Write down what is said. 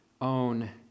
own